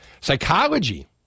Psychology